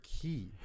key